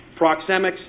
proxemics